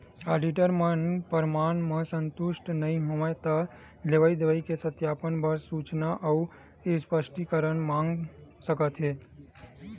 auditor मन परमान म संतुस्ट नइ होवय त लेवई देवई के सत्यापन बर सूचना अउ स्पस्टीकरन मांग सकत हे